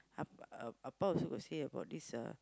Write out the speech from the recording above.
Ap~ uh Appa also got say about this uh